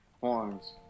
horns